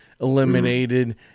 eliminated